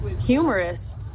humorous